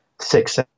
six